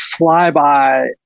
flyby